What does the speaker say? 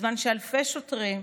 בזמן שאלפי שוטרים,